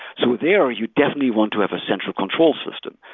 so there you definitely want to have a central control system.